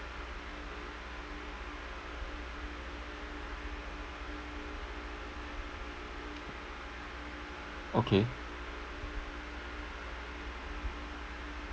okay